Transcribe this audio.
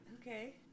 Okay